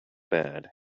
bad